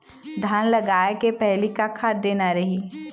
धान लगाय के पहली का खाद देना रही?